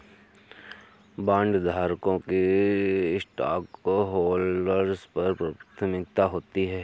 बॉन्डधारकों की स्टॉकहोल्डर्स पर प्राथमिकता होती है